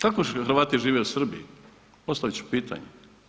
Kako Hrvati žive u Srbiji, postaviti ću pitanje.